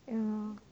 ya